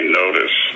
notice